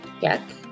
Yes